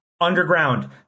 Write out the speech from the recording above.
Underground